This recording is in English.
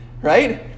Right